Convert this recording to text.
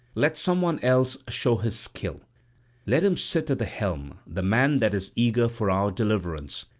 let someone else show his skill let him sit at the helm the man that is eager for our deliverance.